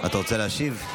אתה רוצה להשיב?